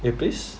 you please